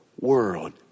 world